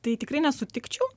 tai tikrai nesutikčiau